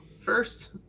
first